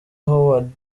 howard